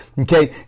Okay